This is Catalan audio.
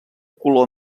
color